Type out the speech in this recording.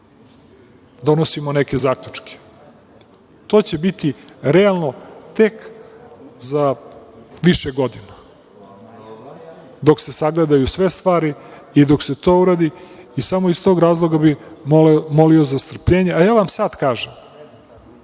donosimo neke zaključke. To će biti realno tek za više godina, dok se sagledaju sve stvari i dok se to uradi i samo iz tog razloga bih molio za strpljenje. Ja vam sad kažem